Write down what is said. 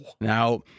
Now